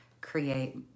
create